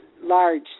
large